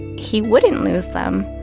he wouldn't lose them,